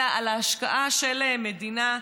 אלא על ההשקעה של מדינה,